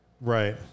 Right